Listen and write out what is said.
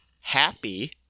Happy